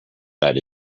that